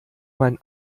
man